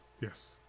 Yes